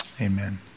Amen